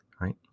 right